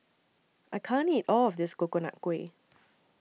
I can't eat All of This Coconut Kuih